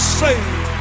saved